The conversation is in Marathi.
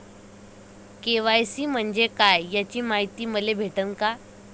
के.वाय.सी म्हंजे काय याची मायती मले भेटन का?